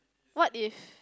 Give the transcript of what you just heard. what if